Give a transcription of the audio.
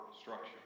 structure